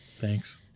Thanks